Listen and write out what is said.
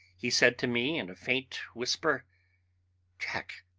he said to me in a faint whisper jack,